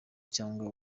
cyangwa